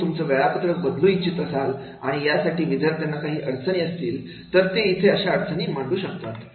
जर तुम्ही तुमचं वेळापत्रक बदलू इच्छित असाल आणि यासाठी विद्यार्थ्यांना काही अडचणी असतील तर ते इथे अशा अडचणी मांडू शकतात